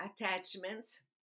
attachments